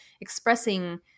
expressing